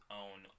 own